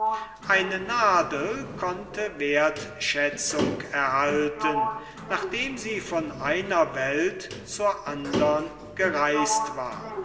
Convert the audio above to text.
eine nadel konnte wertschätzung erhalten nachdem sie von einer welt zur andern gereist war